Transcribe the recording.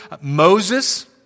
Moses